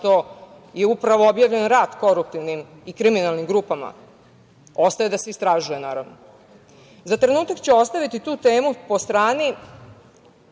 što je upravo objavljen rat koruptivnim i kriminalnim grupama, ostaje da se istražuje.Za trenutak ću ostaviti tu temu po strani